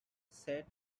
said